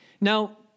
Now